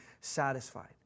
satisfied